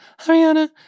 Ariana